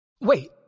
Wait